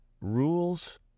rules